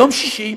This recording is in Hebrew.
יום שישי,